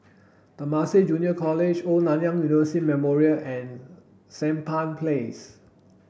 Temasek Junior College Old Nanyang University Memorial and Sampan Place